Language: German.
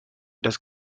das